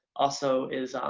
also is